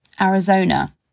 Arizona